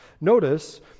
Notice